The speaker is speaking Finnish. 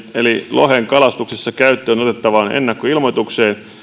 lohenkalastuksessa käyttöön otettavaan ennakkoilmoitukseen